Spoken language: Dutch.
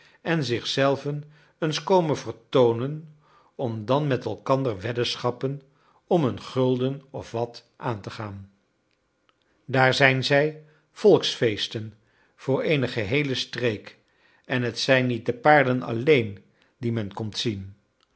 en zich zelven eens komen vertoonen om dan met elkander weddenschappen om een gulden of wat aan te gaan daar zijn zij volksfeesten voor eene geheele streek en het zijn niet de paarden alleen die men komt zien